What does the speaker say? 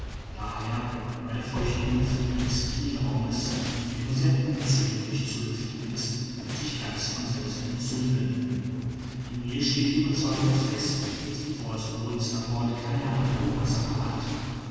d h bei der feuchten luft eines kielraumes der nur sehr unzulänglich zu lüften ist sich ganz von selbst entzünden in mir steht die ueberzeugung fest daß die feuersbrunst an bord keine andere ursache hat